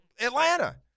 Atlanta